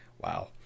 Wow